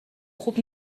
خوب